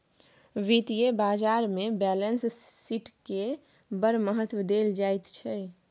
वित्तीय बाजारमे बैलेंस शीटकेँ बड़ महत्व देल जाइत छै